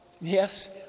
yes